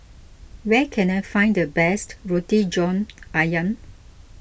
where can I find the best Roti John Ayam